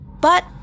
but-